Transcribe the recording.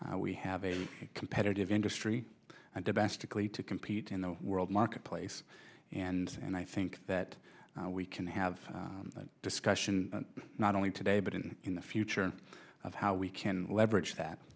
that we have a competitive industry and domestically to compete in the world marketplace and and i think that we can have a discussion not only today but in the future of how we can leverage that